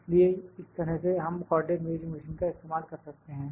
इसलिए इस तरह से हम कॉर्डिनेट मेजरिंग मशीन का इस्तेमाल कर सकते हैं